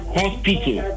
hospital